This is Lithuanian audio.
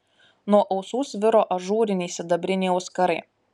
nuo ausų sviro ažūriniai sidabriniai auskarai